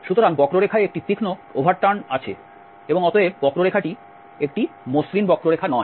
সুতরাং বক্ররেখায় একটি তীক্ষ্ণ ওভার টার্ন আছে এবং অতএব এই বক্ররেখাটি একটি মসৃণ বক্ররেখা নয়